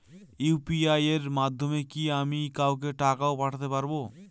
UPI এর মাধ্যমে কি আমি কাউকে টাকা ও পাঠাতে পারবো?